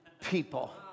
people